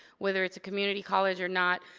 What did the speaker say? whether it's a community college, or not.